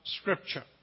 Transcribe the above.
Scripture